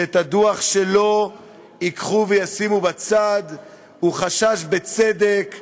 שאת הדוח שלו ייקחו וישימו בצד, הוא חשש, בצדק,